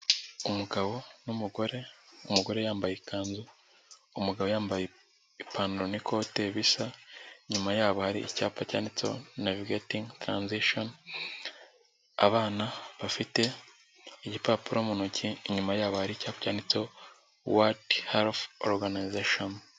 Umugabo n'umugore ,umugore yambaye ikanzu, umugabo yambaye ipantaro n'ikote bisa, inyuma yabo hari icyapa cyanditseho Navigetingi Taransishoni, abana bafite igipapuro mu ntoki, inyuma yabo hari icyapa cyanditseho Wodi Herifu oruganizashoni.